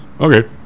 Okay